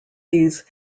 these